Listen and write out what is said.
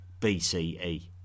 BCE